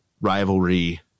rivalry